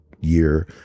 year